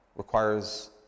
requires